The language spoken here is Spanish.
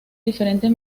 diferentes